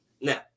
Now